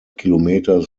kilometers